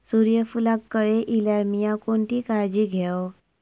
सूर्यफूलाक कळे इल्यार मीया कोणती काळजी घेव?